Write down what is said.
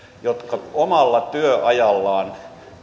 jotka omalla työajallaan